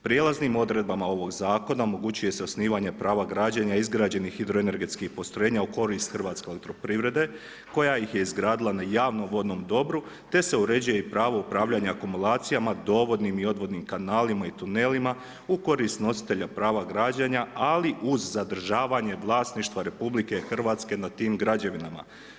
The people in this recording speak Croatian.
Prijelaznim odredbama ovog Zakona omogućuje se osnivanje prava građenja izgrađenih hidroenergetskih postrojenja u korist Hrvatske elektroprivrede koja ih je izgradila na javnom vodnom dobru te se uređuje i pravo upravljanja akumulacijama, dovodnim i odvodnim kanalima u korist nositelja prava građenja ali uz zadržavanje vlasništva RH nad tim građevinama.